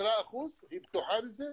היא בטוחה בזה?